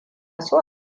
so